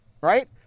right